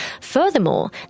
Furthermore